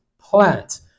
plant